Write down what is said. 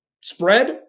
spread